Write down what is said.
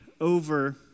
Over